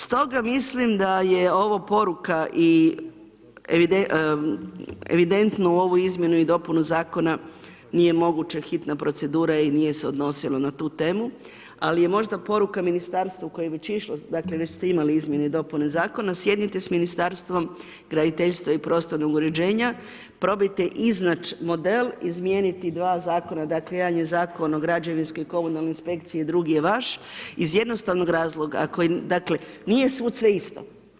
Stoga mislim da je ovo poruka evidentno u ovu izmjenu i dopunu zakona nije moguće, hitna procedura je i nije se odnosilo na tu temu ali je možda poruka ministarstvu koje je već išlo, dakle već ste imali izmjene i dopune zakona, sjednite sa Ministarstvom graditeljstva i prostornog uređenja, probajte iznać model, izmijeniti dva zakona, dakle jedan je Zakon o građevinskoj i komunalnoj inspekciji a drugi je vaš, iz jednostavnog razloga, dakle nije svud sve isto.